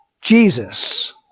Jesus